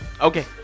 Okay